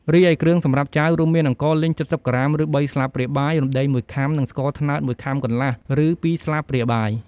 រីឯគ្រឿងសម្រាប់ចាវ រួមមាន អង្ករលីង ៧០ក្រាម ឬ ៣ស្លាបព្រាបាយ រំដេង ១ខាំ និងស្ករត្នោត ១ខាំកន្លះ ឬ ២ស្លាបព្រាបាយ។